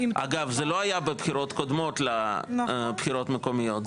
אגב זה לא היה בבחירות קודמות לבחירות המקומיות,